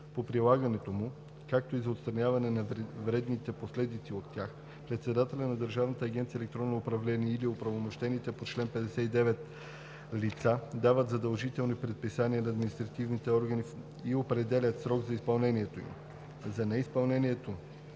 по прилагането му, както и за отстраняване на вредните последици от тях, председателят на Държавната агенция „Електронно управление“ или оправомощените по чл. 59 лица дават задължителни предписания на административните органи и определят срок за изпълнението им. За неизпълнението